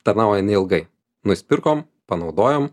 tarnauja neilgai nusipirkom panaudojom